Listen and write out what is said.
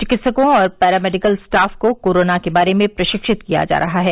चिकित्सकों और paramedical staff को कोरोना के बारे में प्रशिक्षित किया जा रहा है